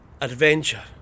adventure